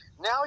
Now